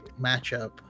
matchup